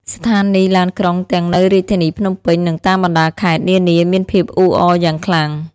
ស្ថានីយ៍ឡានក្រុងទាំងនៅរាជធានីភ្នំពេញ និងតាមបណ្តាខេត្តនានាមានភាពអ៊ូអរយ៉ាងខ្លាំង។